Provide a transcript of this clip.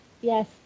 Yes